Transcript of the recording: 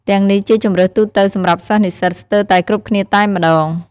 ទាំងនេះជាជម្រើសទូទៅសម្រាប់សិស្សនិស្សិតស្ទើរតែគ្រប់គ្នាតែម្តង។